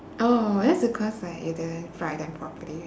oh that's because like you didn't fry them properly